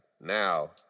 Now